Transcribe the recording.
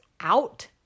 out